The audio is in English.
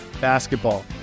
basketball